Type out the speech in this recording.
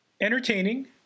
Entertaining